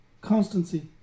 constancy